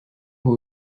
beau